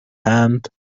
hand